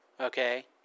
okay